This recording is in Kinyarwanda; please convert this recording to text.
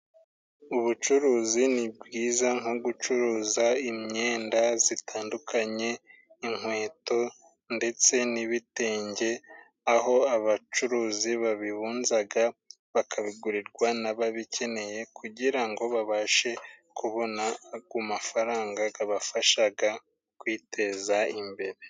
Ubucuruzi ni bwiza nko gucuruza imyenda zitandukanye, inkweto ndetse n'ibitenge, aho abacuruzi babibunzaga bakabigurirwa n'ababikeneye kugira ngo babashe kubona ku mafaranga gabafashaga kwiteza imbere.